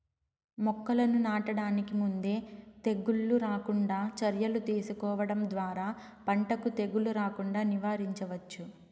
మొక్కలను నాటడానికి ముందే తెగుళ్ళు రాకుండా చర్యలు తీసుకోవడం ద్వారా పంటకు తెగులు రాకుండా నివారించవచ్చు